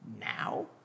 now